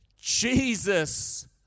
Jesus